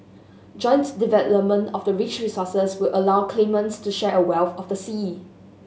joint development of the rich resources would allow claimants to share a wealth of the sea